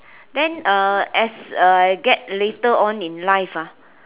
then uh as uh get later on in life ah